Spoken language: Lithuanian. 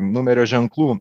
numerio ženklų